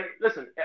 listen